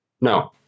No